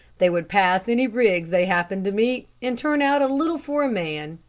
they would pass any rigs they happened to meet, and turn out a little for a man.